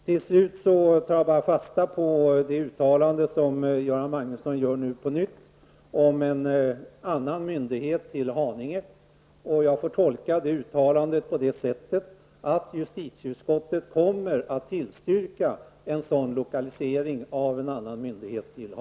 Jag tar till sist fasta på det uttalande som Göran Magnusson nu på nytt gjorde om en annan myndighet till Haninge. Jag tolkar det uttalandet på det sättet att justitieutskottet kommer att tillstyrka en sådan lokalisering av en annan myndighet till